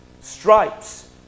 stripes